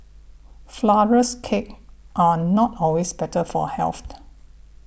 Flourless Cakes are not always better for health